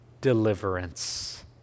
deliverance